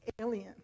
alien